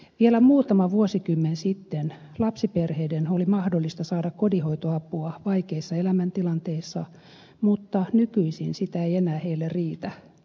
vielä muutama vuosikymmen sitten lapsiperheiden oli mahdollista saada kodinhoitoapua vaikeissa elämäntilanteissa mutta nykyisin sitä ei heille enää riitä